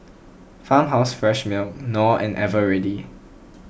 Farmhouse Fresh Milk Knorr and Eveready